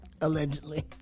Allegedly